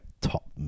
top